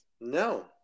No